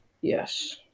Yes